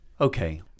Okay